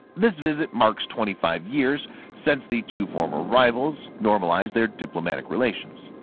this visit marks twenty five years since the two former rivals normalized their diplomatic relations.